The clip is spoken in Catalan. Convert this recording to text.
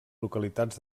localitats